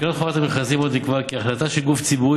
בתקנות חובת המכרזים נקבע עוד כי החלטה של גוף ציבורי